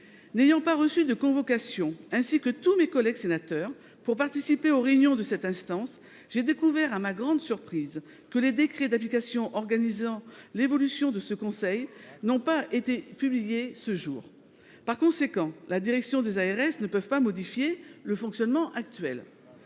N'ayant pas reçu de convocation, à l'instar de tous mes collègues sénateurs, pour participer aux réunions de cette instance, j'ai découvert à ma grande surprise que les décrets d'application organisant l'évolution de ce conseil n'ont pas été publiés à ce jour. Par conséquent, la direction des ARS ne peut pas modifier le fonctionnement actuel.